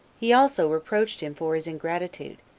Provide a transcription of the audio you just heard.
he also reproached him for his ingratitude,